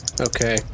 Okay